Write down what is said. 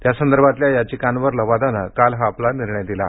त्यासंदर्भातल्या याचिंकांवर लवादानं काल आपला निर्णय दिला